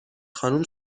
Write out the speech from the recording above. خانم